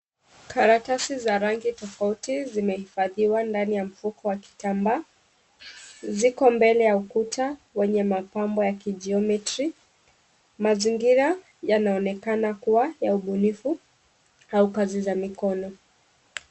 Karatasi za rangi tofauti zimehifadhiwa ndani ya mfuko wa kitambaa. Ziko mbele ya ukuta wenye mapambo ya ki geometry . Mazingira yanaonekana kuwa ya ubunifu au kazi za mikono.